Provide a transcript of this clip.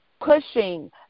pushing